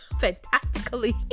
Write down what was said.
fantastically